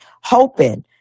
hoping